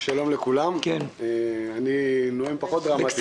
שלום לכולם, אני נואם פחות דרמטי.